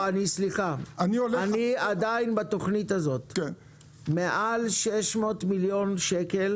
אני עדיין בתוכנית הזאת, מעל 600 מיליון שקל